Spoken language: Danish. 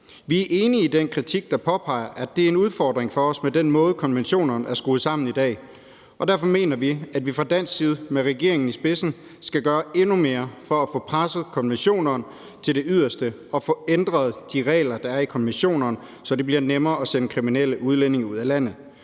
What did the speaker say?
Vi er enige i den kritik, der påpeger, at det er en udfordring for os med den måde, konventionerne er skruet sammen på i dag. Og derfor mener vi, at vi fra dansk side med regeringen i spidsen skal gøre endnu mere for at få presset konventionerne til det yderste og få ændret de regler, der er i konventionerne, så det bliver nemmere at sende kriminelle udlændinge ud af landet.